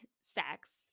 sex